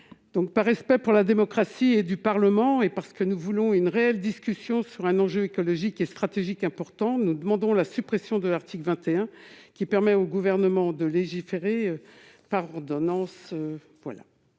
par respect pour la démocratie et pour le Parlement et parce que nous voulons une réelle discussion sur un enjeu écologique et stratégique important, nous demandons la suppression de l'article 21, qui habilite le Gouvernement de légiférer par ordonnances.